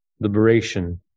liberation